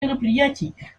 мероприятий